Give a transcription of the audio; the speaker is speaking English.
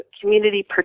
community